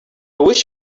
wish